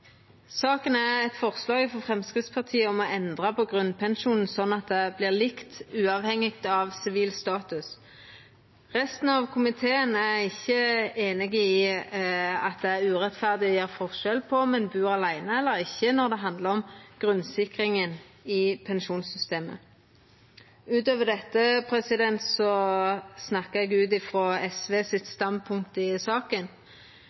saka. Saka er eit forslag frå Framstegspartiet om å endra på grunnpensjonen slik at det vert likt uavhengig av sivil status. Resten av komiteen er ikkje einige i at det er urettferdig å gjera forskjell på om ein bur aleine eller ikkje, når det handlar om grunnsikringa i pensjonssystemet. Utover dette snakkar eg ut frå SVs standspunkt i saka.